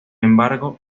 embargo